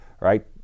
right